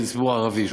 נגיד לציבור ערבי,